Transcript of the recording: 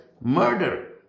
murder